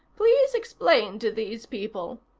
please explain to these people.